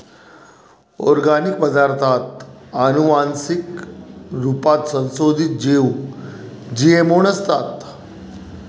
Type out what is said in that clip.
organic पदार्ताथ आनुवान्सिक रुपात संसोधीत जीव जी.एम.ओ नसतात